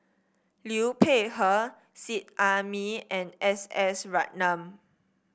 Liu Peihe Seet Ai Mee and S S Ratnam